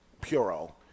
puro